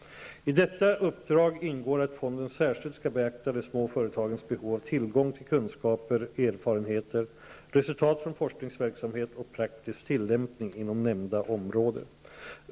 I detta uppdrag ingår att fonden särskilt skall beakta de små företagens behov av tillgång till kunskaper, erfarenheter, resultat från forskningsverksamhet och praktisk tillämpning inom nämnda område.